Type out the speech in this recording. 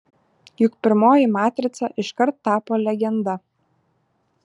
juk pirmoji matrica iškart tapo legenda